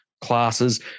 classes